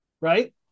right